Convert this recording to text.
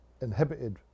inhibited